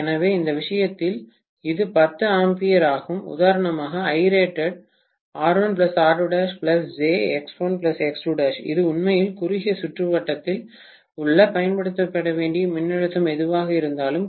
எனவே இந்த விஷயத்தில் இது 10 A ஆகும் உதாரணமாக இது உண்மையில் குறுகிய சுற்றுவட்டத்தில் நான் பயன்படுத்த வேண்டிய மின்னழுத்தம் எதுவாக இருந்தாலும்